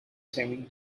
saving